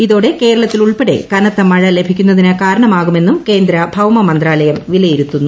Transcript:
ഇതോടെ കേരളത്തിലുൾപ്പെടെ കനത്ത മഴ ലഭിക്കുന്നതിന് കാരണമാകുമെന്നും കേന്ദ്ര ഭൌമ മന്ത്രാലയം വിലയിരുത്തുന്നു